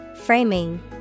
Framing